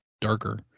darker